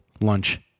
lunch